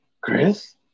chris